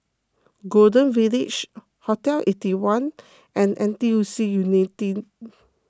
Golden Village Hotel Eighty One and N T U C Unity